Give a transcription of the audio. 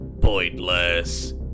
pointless